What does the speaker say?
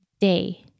day